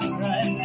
right